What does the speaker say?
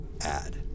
Add